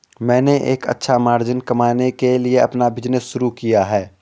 मैंने एक अच्छा मार्जिन कमाने के लिए अपना बिज़नेस शुरू किया है